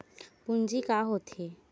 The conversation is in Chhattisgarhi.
पूंजी का होथे?